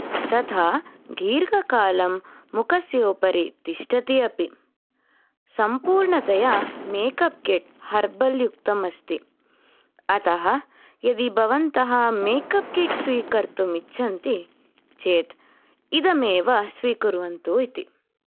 तथा दीर्घकालं मुखस्य उपरि तिष्ठति अपि सम्पूर्णतया मेकप् किट् हर्बल् युक्तम् अस्ति अतः यदि भवन्तः मेकप् किट् स्वीकर्तुम् इच्छन्ति चेत् इदमेव स्वीकुर्वन्तु इति